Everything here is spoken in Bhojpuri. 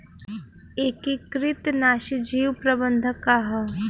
एकीकृत नाशी जीव प्रबंधन का ह?